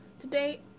today